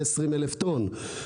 120,000 טון.